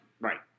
Right